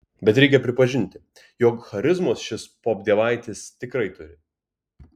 bet reikia pripažinti jog charizmos šis popdievaitis tikrai turi